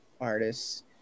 artists